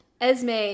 Esme